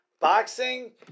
Boxing